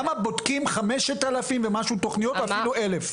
כמה בודקים 5,000 ומשהו תוכניות או אפילו 1,000?